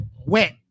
wet